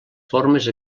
formes